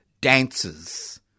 dances